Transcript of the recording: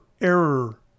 error